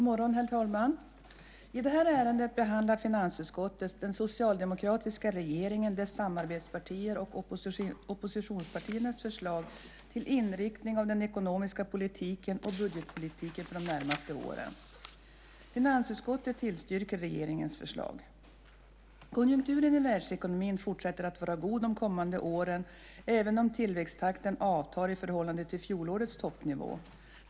Herr talman! I detta ärende behandlar finansutskottet den socialdemokratiska regeringens, dess samarbetspartiers och oppositionspartiernas förslag till inriktning av den ekonomiska politiken och budgetpolitiken för de närmaste åren. Finansutskottet tillstyrker regeringens förslag. Konjunkturen i världsekonomin fortsätter att vara god de kommande åren, även om tillväxttakten avtar i förhållande till fjolårets toppnivå.